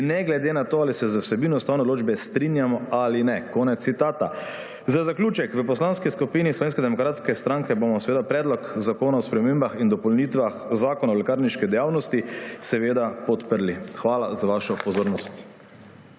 in ne glede na to, ali se z vsebino ustavne odločbe strinjamo ali ne.« Konec citata. Za zaključek: v Poslanski skupini Slovenske demokratske stranke bomo Predlog zakona o spremembah in dopolnitvah Zakona o lekarniški dejavnosti seveda podprli. Hvala za vašo pozornost.